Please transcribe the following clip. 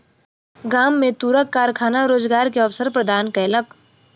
गाम में तूरक कारखाना रोजगार के अवसर प्रदान केलक